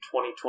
2020